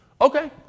Okay